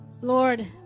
Lord